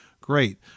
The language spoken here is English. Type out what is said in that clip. great